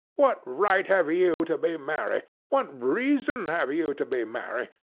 what right have you to be merry? what reason have you to be merry?